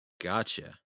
Gotcha